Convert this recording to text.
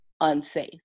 unsafe